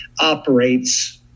operates